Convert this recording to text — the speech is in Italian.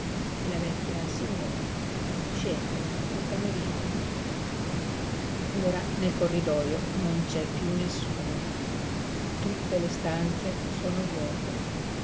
e la vecchia signora scende col cameriere ora nel corridojo non c'è piú nessuno tutte le stanze sono vuote